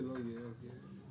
תודה רבה על